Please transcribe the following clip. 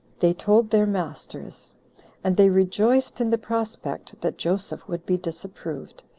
they told their masters and they rejoiced in the prospect that joseph would be disapproved,